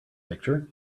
picture